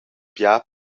bia